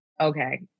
okay